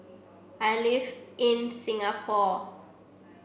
I live in Singapore